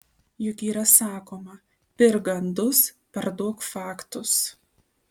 juk yra sakoma pirk gandus parduok faktus